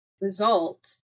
result